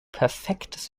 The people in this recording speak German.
perfektes